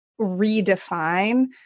redefine